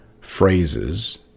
phrases